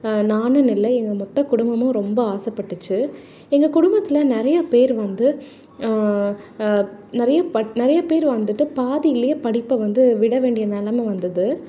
நானுன்னு இல்லை எங்கள் மொத்த குடும்பமும் ரொம்ப ஆசைப்பட்டுச்சு எங்கள் குடும்பத்தில் நிறைய பேர் வந்து நிறைய ப நிறைய பேர் வந்துட்டு பாதிலையே படிப்பை வந்து விடவேண்டிய நெலமை வந்தது